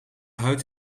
huid